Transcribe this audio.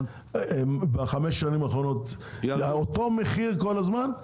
בחמש השנים האחרונות אותו מחיר כל הזמן?